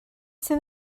sydd